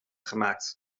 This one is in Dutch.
gemaakt